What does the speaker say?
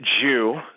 Jew